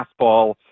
fastball